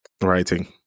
Writing